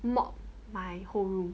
mop my whole room